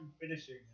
finishing